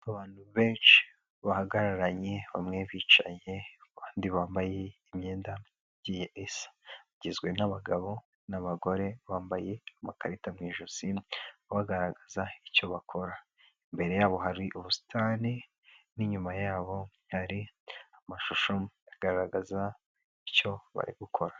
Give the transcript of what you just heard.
Abantu benshi bahagararanye bamwe bicaye, abandi bambaye imyenda igiye isa bagizwe n'abagabo, n'abagore bambaye amakarita mu ijosi bagaragaza icyo bakora. Imbere yabo hari ubusitani n' inyuma yabo hari amashusho agaragaza icyo bari gukora.